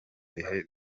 bihe